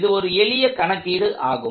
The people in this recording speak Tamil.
இது ஒரு எளிய கணக்கீடு ஆகும்